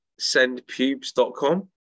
sendpubes.com